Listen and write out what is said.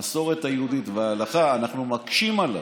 המסורת היהודית וההלכה אנחנו מקשים עליו.